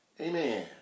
Amen